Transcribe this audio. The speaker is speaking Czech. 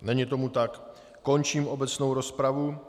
Není tomu tak, končím obecnou rozpravu.